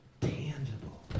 tangible